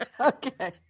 Okay